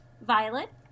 Violet